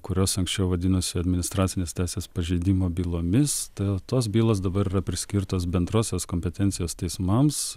kurios anksčiau vadinosi administracinės teisės pažeidimų bylomis todėl tos bylos dabar yra priskirtos bendrosios kompetencijos teismams